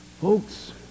Folks